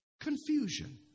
confusion